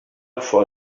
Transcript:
for